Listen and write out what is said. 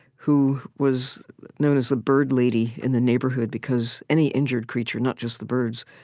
who was known as the bird lady in the neighborhood, because any injured creature, not just the birds,